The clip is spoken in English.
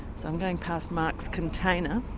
so i'm going past mark's container,